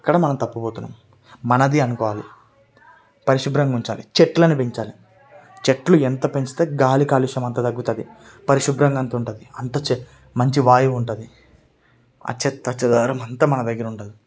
అక్కడ మనం తప్పిపోతున్నాము మనది అనుకోవాలి పరిశుభ్రంగా ఉంచాలి చెట్లను పెంచాలి చెట్లు ఎంత పెంచితే గాలి కాలుష్యం అంత తగ్గుతుంది పరిశుభ్రంగా అంత ఉంటుంది మంచి వాయువు ఉంటుంది ఆ చెత్త చెదారం అంతా మన దగ్గర ఉంటుంది